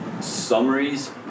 summaries